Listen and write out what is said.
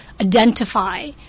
identify